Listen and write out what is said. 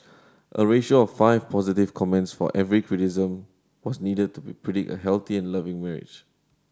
a ratio of five positive comments for every criticism was needed to be predict a healthy and loving marriage